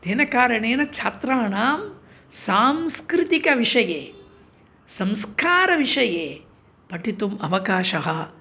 तेन कारणेन छात्राणां सांस्कृतिकविषये संस्कारविषये पठितुम् अवकाशः